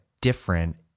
different